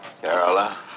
Carola